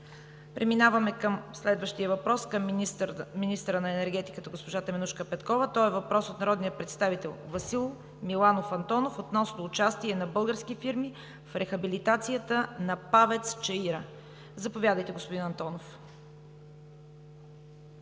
Преминаваме към следващия въпрос към министъра на енергетиката госпожа Теменужка Петкова. Той е въпрос от народния представител Васил Миланов Антонов относно участие на български фирми в рехабилитацията на ПАВЕЦ „Чаира“. Заповядайте, господин Антонов.